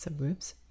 subgroups